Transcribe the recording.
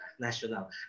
National